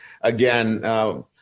again